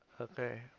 Okay